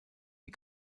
die